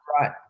right